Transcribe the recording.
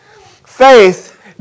faith